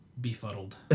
befuddled